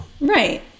Right